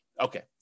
Okay